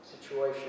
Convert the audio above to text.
situation